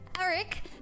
Eric